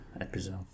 episode